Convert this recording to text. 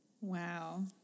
Wow